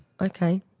okay